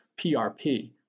PRP